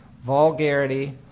vulgarity